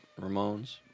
Ramones